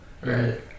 Right